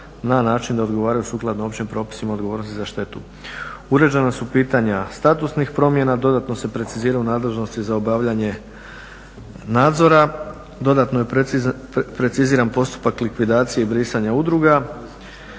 na način da odgovaraju sukladno općim propisima odgovornosti za štetu. Uređena su pitanja statusnih promjena, dodatno se preciziraju nadležnosti za obavljanje nadzora, dodatno je preciziran postupak likvidacija i brisanja udruga.